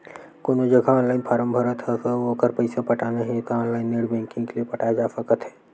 कोनो जघा online form भरत हस अउ ओखर पइसा पटाना हे त ऑनलाइन नेट बैंकिंग ले पटाए जा सकत हे